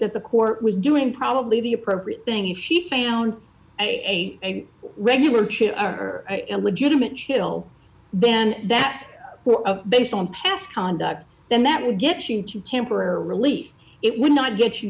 that the court was doing probably the appropriate thing if she found a regular chip are legitimate chill then that based on past conduct then that would get you into temporary relief it would not get you